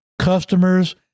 customers